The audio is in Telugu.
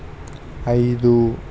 ఐదు